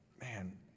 man